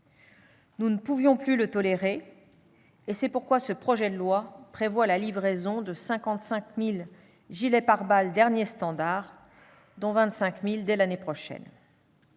Nous ne pouvions plus le tolérer. C'est pourquoi ce projet de loi prévoit la livraison de 55 000 gilets pare-balles dernier standard, dont 25 000 dès l'année prochaine.